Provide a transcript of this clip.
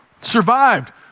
Survived